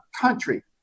country